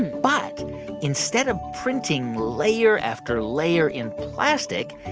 but instead of printing layer after layer in plastic,